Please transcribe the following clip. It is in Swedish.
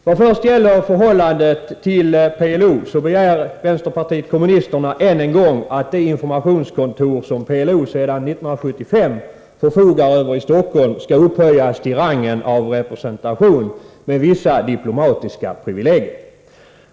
Vad först gäller förhållandet till PLO, begär vänsterpartiet kommunisterna än en gång att det informationskontor som PLO sedan 1975 förfogar över i Stockholm skall upphöjas till ”representation” med vissa diplomatiska privilegier.